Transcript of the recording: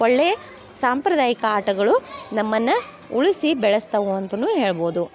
ಒಳ್ಳೆಯ ಸಾಂಪ್ರದಾಯಿಕ ಆಟಗಳು ನಮ್ಮನ್ನು ಉಳಿಸಿ ಬೆಳೆಸ್ತವೆ ಅಂತಲೂ ಹೇಳ್ಬೋದು